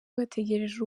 bategereje